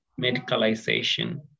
medicalization